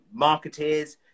marketeers